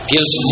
Gives